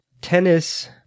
tennis